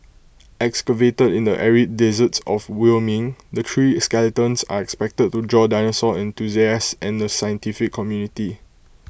excavated in the arid deserts of Wyoming the three skeletons are expected to draw dinosaur enthusiast and the scientific community